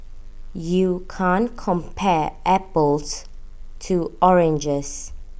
you can't compare apples to oranges